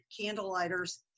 Candlelighter's